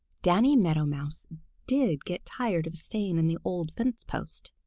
danny meadow mouse did get tired of staying in the old fence-post.